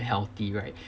healthy right